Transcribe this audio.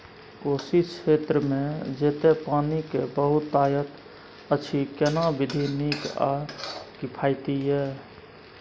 कोशी क्षेत्र मे जेतै पानी के बहूतायत अछि केना विधी नीक आ किफायती ये?